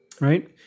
right